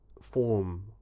form